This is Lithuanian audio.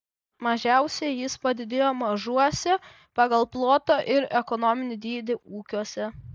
mažiausiai jis padidėjo mažuose pagal plotą ir ekonominį dydį ūkiuose